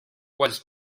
was